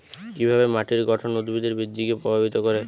কিভাবে মাটির গঠন উদ্ভিদের বৃদ্ধিকে প্রভাবিত করে?